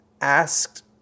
asked